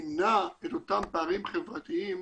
נמנע את אותם פערים חברתיים